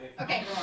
Okay